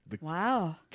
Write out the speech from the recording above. Wow